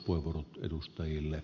porvoon edustajille